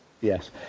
Yes